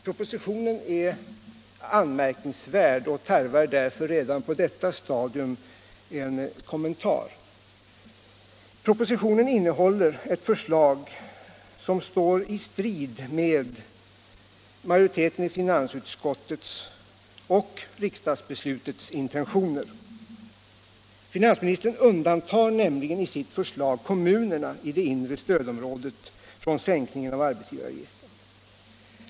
Propositionen är anmärkningsvärd och tarvar därför redan på detta stadium en kommentar. Propositionen innehåller ett förslag som står i strid med majoritetens i finansutskottet och riksdagsbeslutets intentioner. Finansministern undantar nämligen i sitt förslag kommunerna i det inre stödområdet från sänkningen av arbetsgivaravgiften.